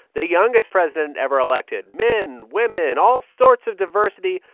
the youngest president ever elected, men, women, all sorts of diversity,